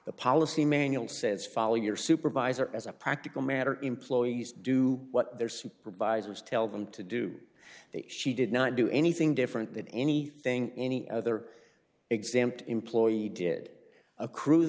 the policy manual says follow your supervisor as a practical matter employees do what their supervisors tell them to do that she did not do anything different than anything any other example employee did accru